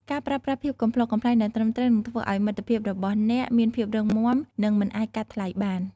ការប្រើប្រាស់ភាពកំប្លុកកំប្លែងដែលត្រឹមត្រូវនឹងធ្វើឱ្យមិត្តភាពរបស់អ្នកមានភាពរឹងមាំនិងមិនអាចកាត់ថ្លៃបាន។